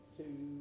two